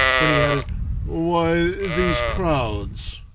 when he added, why, these crowds,